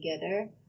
together